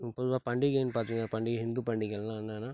பொதுவாக பண்டிகைன்னு பார்த்தீங்க பண்டிகை ஹிந்து பண்டிகையெலாம் என்னென்னா